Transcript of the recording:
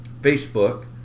Facebook